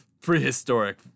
Prehistoric